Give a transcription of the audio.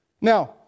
Now